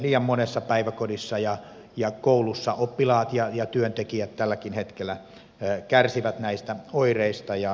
liian monessa päiväkodissa ja koulussa oppilaat ja työntekijät tälläkin hetkellä kärsivät näistä oireista